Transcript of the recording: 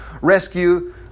rescue